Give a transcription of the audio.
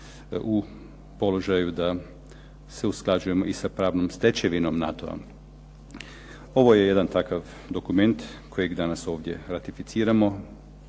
u položaju da se usklađujemo i sa pravnom stečevinom NATO-a. Ovo je jedan takav dokument kojega danas ovdje ratificiramo.